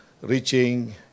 reaching